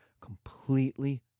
completely